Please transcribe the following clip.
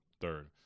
third